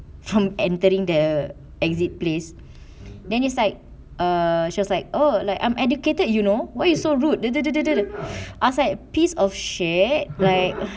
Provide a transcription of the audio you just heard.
from entering the exit place then it's like err she was like oh like I'm educated you know why you so rude the~ the~ the~ I was like piece of shit like